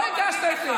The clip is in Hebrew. זה לא הוגן.